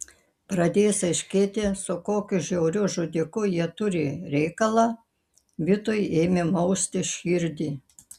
pradėjus aiškėti su kokiu žiauriu žudiku jie turi reikalą vitui ėmė mausti širdį